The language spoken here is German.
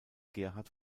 gerhard